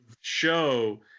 show